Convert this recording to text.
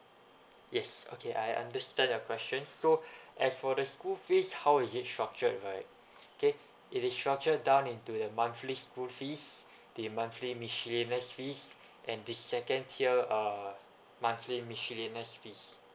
yes okay I understand your question so as for the school fees how is it structured right K it is structured down into the monthly school fees the monthly miscellaneous fees and the second tier uh monthly miscellaneous fees